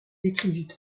écrivit